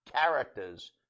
characters